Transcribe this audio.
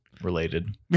related